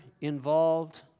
involved